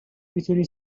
میتونی